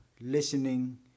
listening